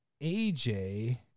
AJ